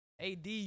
ad